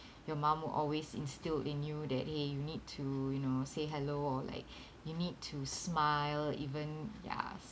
your mum will always instilled in you that !hey! you need to you know say hello or like you need to smile even ya